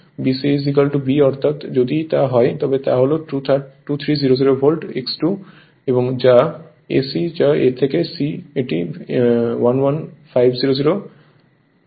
BC B অর্থাৎ যদি তা হয় তবে তা হল 2300 ভোল্ট X2 এবং AC যা A থেকে C এটি 11500 ভোল্ট